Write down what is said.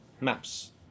maps